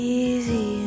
easy